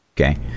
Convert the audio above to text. Okay